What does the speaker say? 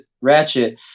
Ratchet